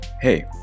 Hey